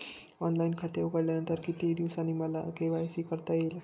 Online खाते उघडल्यानंतर किती दिवसांनी मला के.वाय.सी करता येईल?